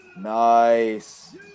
Nice